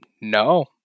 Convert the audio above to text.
no